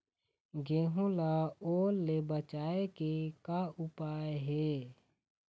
गेहूं ला ओल ले बचाए के का उपाय हे?